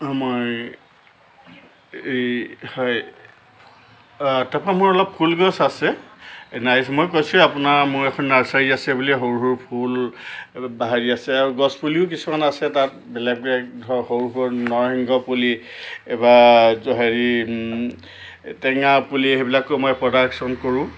মই এই হয় তাপা মোৰ অলপ ফুলগছ আছে নাই মই কৈছোঁৱে আপোনাক মোৰ এখন নাৰ্চাৰী আছে বুলি সৰু সৰু ফুল হেৰি আছে আৰু গছপুলিও কিছুমান আছে তাত বেলেগ বেলেগ ধৰক সৰু সৰু নৰসিংহ পুলি বা এইটো হেৰি টেঙা পুলি সেইবিলাকো মই প্ৰডাকচন কৰোঁ